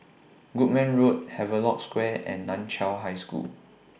Goodman Road Havelock Square and NAN Chiau High School